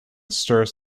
stirs